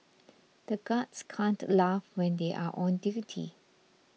the guards can't laugh when they are on duty